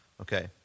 Okay